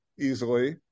easily